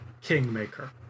Kingmaker